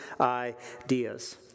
ideas